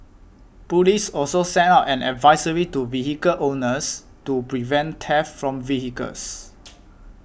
police also sent out an advisory to vehicle owners to prevent theft from vehicles